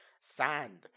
sand